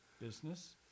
business